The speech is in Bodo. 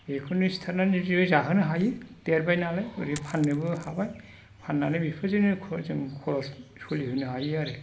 बेखौनो सिथारनानै जाहोनो हायो देरबाय नालाय ओरै फाननोबो हाबाय फाननानै बेफोरजोंनो जों खरस सोलिहोनो हायो आरो